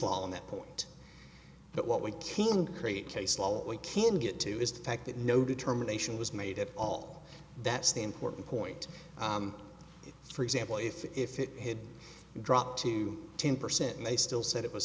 law on that point but what we can create case law what we can get to is the fact that no determination was made at all that's the important point for example if if it had dropped to ten percent and they still said it was